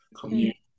community